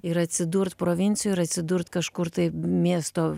ir atsidurt provincijoj ir atsidurt kažkur tai miesto